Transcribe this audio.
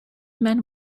men